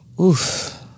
Oof